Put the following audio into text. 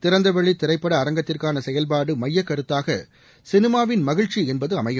திறந்தவெளி திரைப்பட அரங்கத்திற்கான செயல்பாடு மையக்கருத்தாக சினிமாவின் மகிழ்ச்சி என்பது அமையும்